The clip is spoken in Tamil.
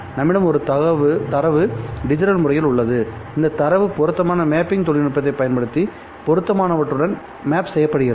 நம்மிடம் ஒரு தரவு டிஜிட்டல் முறையில் உள்ளது இந்த தரவு பொருத்தமான மேப்பிங் தொழில்நுட்பத்தைப் பயன்படுத்தி பொருத்தமானவற்றுடன் மேப் செய்யப்படுகிறது